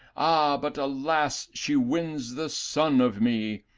but, alas, she wins the sun of me,